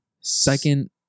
second